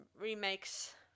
remakes